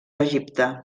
egipte